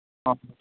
ꯑꯥ